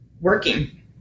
working